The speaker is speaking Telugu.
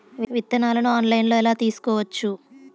విత్తనాలను ఆన్లైన్లో ఎలా తీసుకోవచ్చు